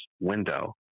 window